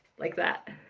like that.